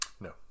No